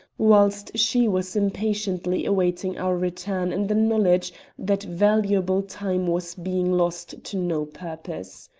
whilst she was impatiently awaiting our return in the knowledge that valuable time was being lost to no purpose.